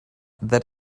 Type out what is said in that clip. that